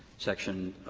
section